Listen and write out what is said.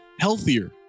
healthier